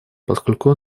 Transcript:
поскольку